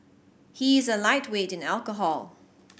he is a lightweight in alcohol